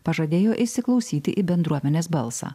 pažadėjo įsiklausyti į bendruomenės balsą